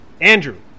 Andrew